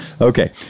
Okay